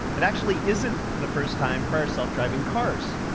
it actually isn't the first time for our self-driving cars.